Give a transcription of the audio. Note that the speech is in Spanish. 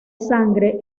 sangre